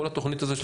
כל התוכנית הזאת,